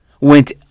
Went